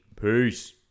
peace